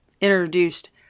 introduced